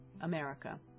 America